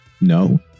no